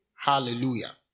hallelujah